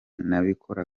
nabikora